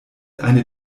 eine